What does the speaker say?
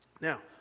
Now